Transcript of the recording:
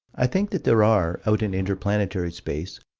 i think that there are, out in inter-planetary space,